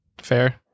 Fair